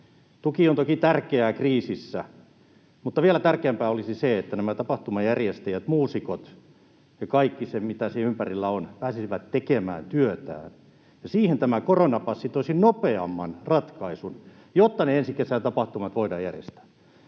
Tuki on toki tärkeää kriisissä, mutta vielä tärkeämpää olisi se, että nämä tapahtumajärjestäjät, muusikot ja kaikki ne, jotka siinä ympärillä ovat, pääsisivät tekemään työtään, ja siihen tämä koronapassi toisi nopeamman ratkaisun, jotta ne ensi kesän tapahtumat voidaan järjestää.